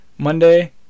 monday